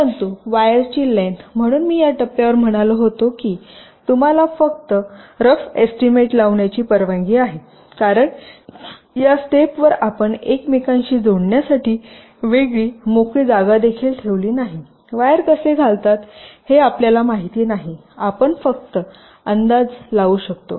परंतु वायरची लेन्थ म्हणून मी या टप्प्यावर म्हणालो होतो की तुम्हाला फक्त रफ एस्टीमेट लावण्याची परवानगी आहेकारण या स्टेपवर आपण एकमेकांशी जोडण्यासाठी वेगळी मोकळी जागादेखील ठेवली नाही वायर कसे घालतात हे आपल्याला माहिती नाही आपण फक्त अंदाजे लावू शकता